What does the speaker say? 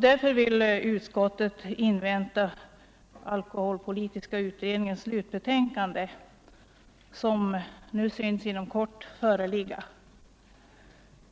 Därför vill utskottet invänta alkoholpolitiska utredningens slutbetänkande, som synes komma att föreligga inom kort.